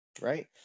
right